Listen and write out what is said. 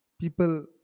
people